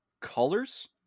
colors